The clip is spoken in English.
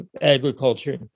agriculture